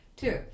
two